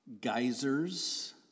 geysers